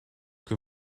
que